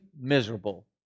miserable